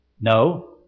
No